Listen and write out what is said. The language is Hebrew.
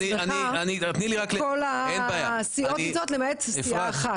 כל הסיעות נמצאות למעט סיעה אחת.